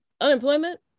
unemployment